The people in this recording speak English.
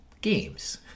games